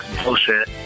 bullshit